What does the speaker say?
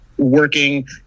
Working